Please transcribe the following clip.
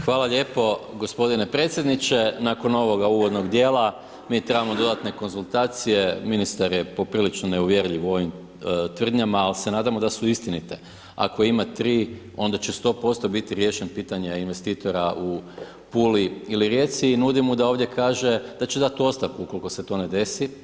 Hvala lijepo gospodine predsjedniče, nakon ovog uvodnog dijela, mi trebamo dodatne konzultacije, ministar je poprilično neuvjerljiv u ovim tvrdnjama, ali se nadamo da su istinite, ako ima 3 onda će 100% biti riješen pitanje investitora u Puli ili Rijeci i nudi mu da ovdje kaže da će dati ostavku ukoliko se to ne desi.